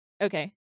Okay